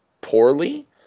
poorly